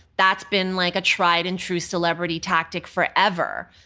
that's been like a tried and true celebrity tactic forever.